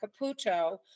Caputo